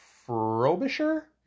Frobisher